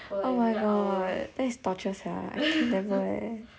oh my god that is torture sia I don't know eh